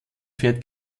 fährt